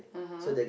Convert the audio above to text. (uh huh)